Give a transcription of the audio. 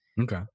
Okay